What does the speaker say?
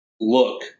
Look